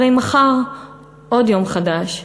הרי מחר עוד יום חדש,